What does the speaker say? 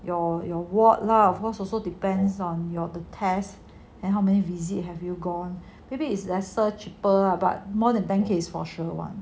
your your ward lah of course also depends on your the test and how many visit have you gone maybe is lesser cheaper lah but more than ten K for sure [one]